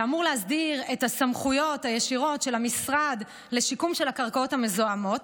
שאמור להסדיר את הסמכויות הישירות של המשרד לשיקום של הקרקעות המזוהמות,